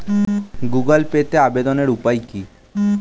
Google পেতে আবেদনের উপায় কি?